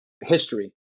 history